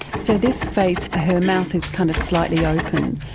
so this face, her mouth is kind of slightly open,